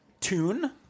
tune